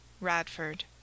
Radford